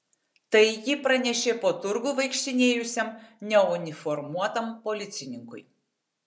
tai ji pranešė po turgų vaikštinėjusiam neuniformuotam policininkui